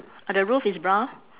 uh the roof is brown